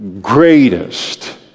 greatest